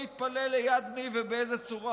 מי יתפלל ליד מי ובאיזו צורה.